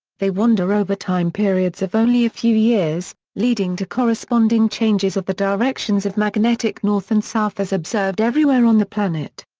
they wander over time-periods of only a few years, leading to corresponding changes of the directions of magnetic north and south as observed everywhere on the planet.